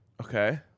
Okay